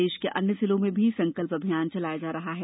प्रदेश के अन्य जिलों में भी संकल्प अभियान चलाया जा रहा है